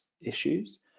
issues